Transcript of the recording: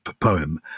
poem